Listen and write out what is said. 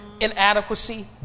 inadequacy